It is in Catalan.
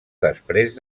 després